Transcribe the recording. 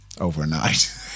Overnight